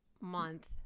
month